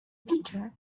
peter